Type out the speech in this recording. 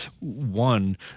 one